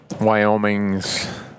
Wyoming's